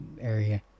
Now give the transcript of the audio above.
area